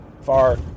far